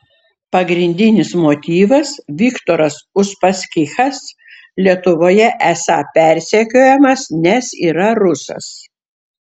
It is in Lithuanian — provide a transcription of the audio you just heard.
pagrindinis motyvas viktoras uspaskichas lietuvoje esą persekiojamas nes yra rusas